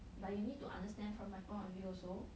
but you need to understand from my point of view also